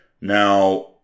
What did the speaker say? Now